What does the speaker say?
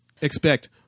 expect